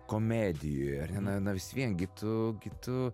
komedijoj ar ne na na vis vien gi tu gi tu